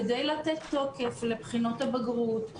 כדי לתת תוקף לבחינות הבגרות,